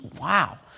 Wow